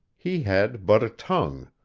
he had but a tongue,